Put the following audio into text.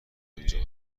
پنجاه